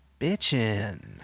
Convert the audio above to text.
Bitchin